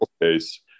case